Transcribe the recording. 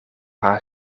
haar